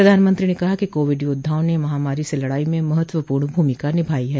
प्रधानमंत्री ने कहा कि कोविड योद्वाओं ने महामारी से लड़ाई में महत्वपूर्ण भूमिका निभाई है